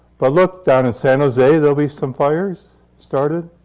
but look, down in san jose, there will be some fires started.